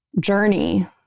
journey